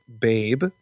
Babe